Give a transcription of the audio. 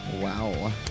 Wow